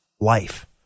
life